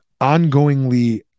ongoingly